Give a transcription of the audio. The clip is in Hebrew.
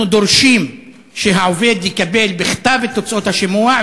אנחנו דורשים שהעובד יקבל בכתב את תוצאות השימוע,